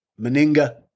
Meninga